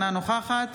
אינה נוכחת